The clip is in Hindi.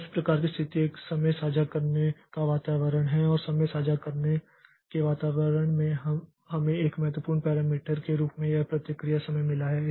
तो उस प्रकार की स्थिति एक समय साझा करने का वातावरण है और समय साझा करने के वातावरण में हमें एक महत्वपूर्ण पैरामीटर के रूप में यह प्रतिक्रिया समय मिला है